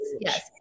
yes